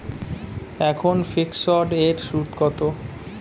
এখন ফিকসড এর সুদ কত?